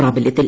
പ്രാബല്യത്തിൽ